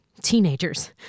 Teenagers